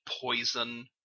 poison